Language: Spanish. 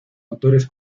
autores